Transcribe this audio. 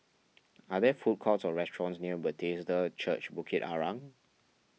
are there food courts or restaurants near Bethesda Church Bukit Arang